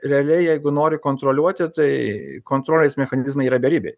realiai jeigu nori kontroliuoti tai kontrolės mechanizmai yra beribiai